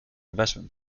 investment